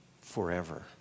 forever